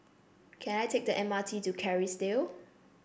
can I take the M R T to Kerrisdale